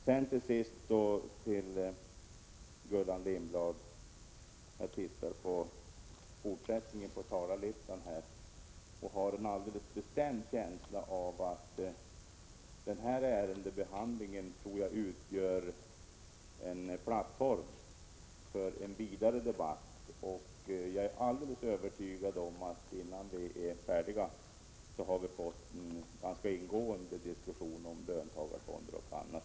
Till sist till Gullan Lindblad: Jag har tittat på fortsättningen på talarlistan och har en bestämd känsla av att denna ärendebehandling utgör en plattform för en vidare debatt. Jag är alldeles övertygad om att vi, innan vi är färdiga att fatta beslut, har fått en ganska ingående diskussion om löntagarfonder och annat.